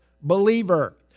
believer